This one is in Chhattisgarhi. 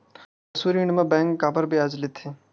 पशु ऋण म बैंक काबर ब्याज लेथे?